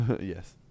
Yes